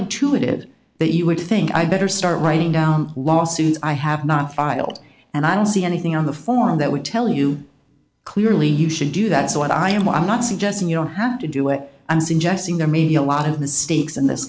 intuitive that you would think i better start writing down lawsuits i have not filed and i don't see anything on the form that would tell you clearly you should do that is what i am i'm not suggesting you don't have to do it i'm suggesting there may be a lot of mistakes in this